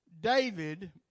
David